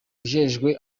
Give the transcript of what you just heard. ajejwe